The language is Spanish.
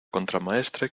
contramaestre